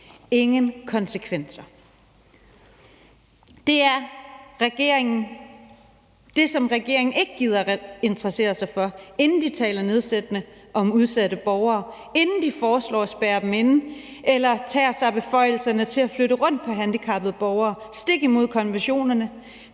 ingen konsekvenser. Det, som regeringen ikke gider interessere sig for, inden de taler nedsættende om udsatte borgere, inden de foreslår at spærre dem inde eller tager sig beføjelsen til at flytte rundt på handicappede borgere, stik imod konventionerne,